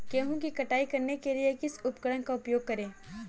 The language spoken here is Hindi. गेहूँ की कटाई करने के लिए किस उपकरण का उपयोग करें?